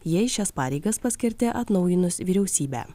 jie į šias pareigas paskirti atnaujinus vyriausybę